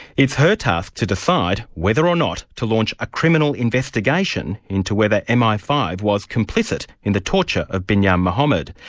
it's her task to decide whether or not to launch a criminal investigation into whether m i five was complicit in the torture of binyam mohamed.